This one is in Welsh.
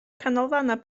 canolfannau